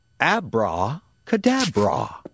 Abra-cadabra